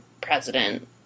president